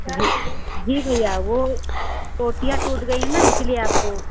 जी जी भैया वो टोंटियाँ टूट गई है ना इसीलिए आपको